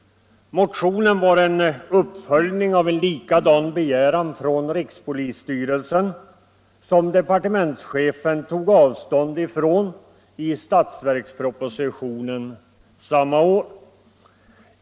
Motionen var en uppföljning av en likadan begäran från rikspolisstyrelsen som departementschefen tog avstånd från i statsverkspropositionen samma år.